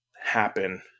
happen